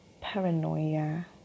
paranoia